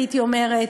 הייתי אומרת,